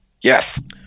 Yes